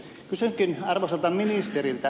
kysynkin arvoisalta ministeriltä